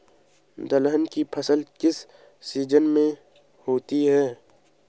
दलहन की फसल किस सीजन में होती है?